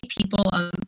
people